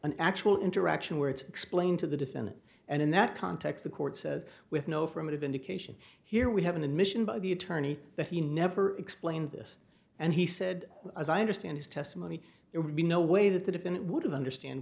an actual interaction where it's explained to the defendant and in that context the court says with no formative indication here we have an admission by the attorney that he never explained this and he said as i understand his testimony there would be no way that the defendant would have understand